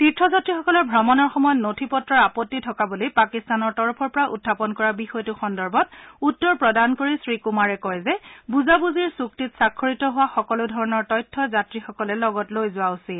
তীৰ্থযাত্ৰীসকলৰ ভ্ৰমণৰ সময়ত নথি পত্ৰৰ আপত্তি থকা বুলি পাকিস্তানৰ তৰফৰ পৰা উখাপন কৰা বিষয়টো সন্দৰ্ভত উত্তৰ প্ৰদান কৰি শ্ৰী কুমাৰে কয় যে বুজাবুজিৰ চুক্তিত স্বাক্ষৰিত হোৱা সকলো ধৰণৰ তথ্য যাত্ৰীসকলে লগত লৈ যোৱা উচিত